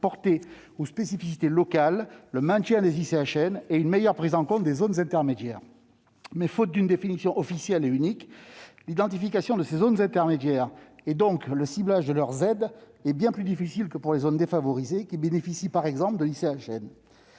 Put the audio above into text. compensatoire de handicaps naturels (ICHN) et une meilleure prise en compte des zones intermédiaires. Faute, pourtant, d'une définition officielle et unique, l'identification de ces zones intermédiaires, et donc le ciblage de leurs aides, est bien plus difficile que pour les zones défavorisées, qui bénéficient par exemple de l'ICHN.